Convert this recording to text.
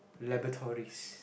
laboratories